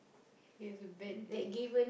he has a bad day